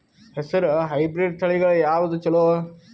ಹೆಸರ ಹೈಬ್ರಿಡ್ ತಳಿಗಳ ಯಾವದು ಚಲೋ?